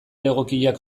egokiak